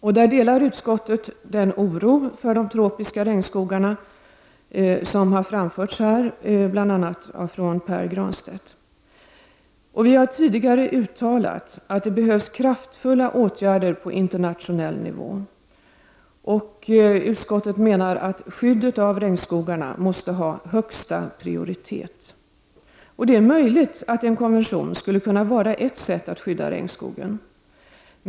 Utskottet delar den oro för de tropiska regnskogarna som har framförts här av bl.a. Pär Granstedt. Vi har tidigare uttalat att det behövs kraftfulla åtgärder på internationell nivå. Utskottet menar att skyddet av regnskogarna måste ha högsta prioritet. Det är möjligt att en konvention skulle kunna vara ett sätt att skydda regnskogen.